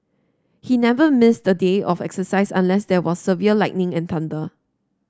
he never missed a day of exercise unless there was severe lightning and thunder